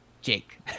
Jake